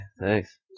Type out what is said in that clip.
thanks